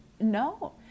No